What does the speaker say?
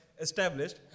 established